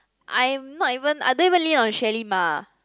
I'm not even I don't even lean on Xui-Lim ah